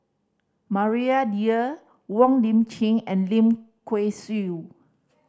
Maria Dyer Wong Lip Chin and Lim Kay Siu